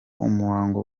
umuhango